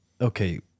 okay